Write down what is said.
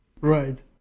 Right